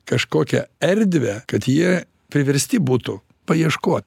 kažkokią erdvę kad jie priversti būtų paieškot